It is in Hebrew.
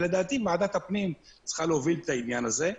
ולדעתי, ועדת הפנים צריכה להוביל את העניין הזה.